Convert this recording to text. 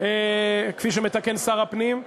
כפי שמתקן שר הפנים.